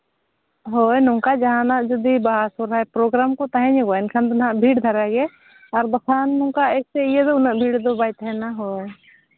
ᱦᱳᱭ ᱱᱚᱝᱠᱟ ᱡᱟᱦᱟᱱᱟᱜ ᱡᱩᱫᱤ ᱵᱟᱦᱟᱼᱥᱚᱨᱦᱟᱭ ᱯᱨᱚᱜᱨᱟᱢ ᱠᱚ ᱛᱟᱦᱮᱸ ᱧᱚᱜᱚᱜᱼᱟ ᱮᱱᱠᱷᱟᱱ ᱫᱚ ᱦᱟᱸᱜ ᱵᱷᱤᱲ ᱫᱷᱟᱨᱟ ᱜᱮ ᱟᱨ ᱵᱟᱠᱷᱟᱱ ᱱᱚᱝᱠᱟ ᱮᱭᱥᱮ ᱤᱭᱟᱹ ᱫᱚ ᱩᱱᱟᱹᱜ ᱵᱷᱤᱲ ᱫᱚ ᱵᱟᱭ ᱛᱟᱦᱮᱱᱟ ᱦᱳᱭ